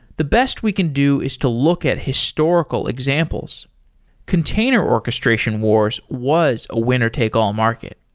the best we can do is to look at historical examples container orchestration wars was a winner-take-all market.